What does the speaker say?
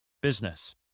business